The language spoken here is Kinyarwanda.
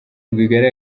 rwigara